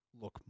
look